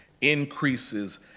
increases